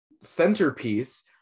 centerpiece